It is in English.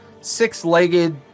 six-legged